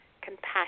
compassion